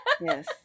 Yes